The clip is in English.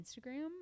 Instagram